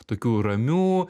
tokių ramių